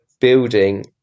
building